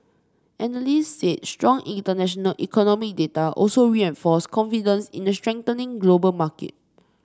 analyst said strong international economy data also reinforced confidence in a strengthening global market